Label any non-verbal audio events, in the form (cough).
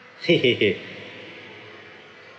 (laughs)